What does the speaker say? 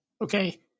okay